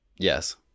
Yes